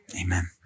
Amen